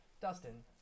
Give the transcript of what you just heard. Dustin